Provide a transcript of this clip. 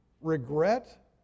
regret